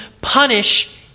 punish